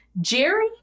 jerry